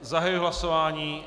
Zahajuji hlasování.